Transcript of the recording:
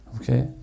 Okay